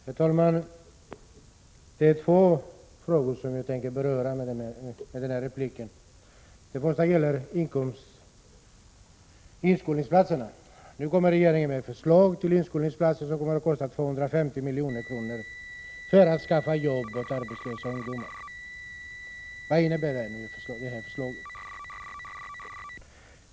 Herr talman! Jag tänker i denna replik beröra två frågor. Den första gäller inskolningsplatserna. Nu kommer regeringen med förslag om inskolningsplatser, som kommer att kosta 250 milj.kr., för att skapa jobb åt arbetslösa ungdomar. Vad innebär detta förslaget?